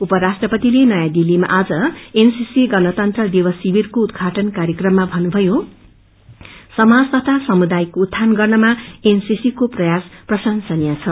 उपराष्ट्रपतिले नयाँ दिल्लीमा आज एनसीसी गणतन्त्र दिवस शिविरको उद्घाटन कार्यक्रममा भन्नुभयो समाज तथा समुदायको उत्थान गर्नमा एनसीसीको प्रयास प्रशंसनीय छ